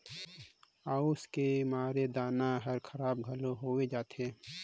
अउस के मारे दाना हर खराब घलो होवे जाथे